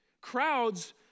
Crowds